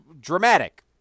dramatic